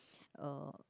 uh